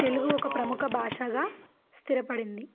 తెలుగు ఒక ప్రముఖ భాషగా స్థిరపడింది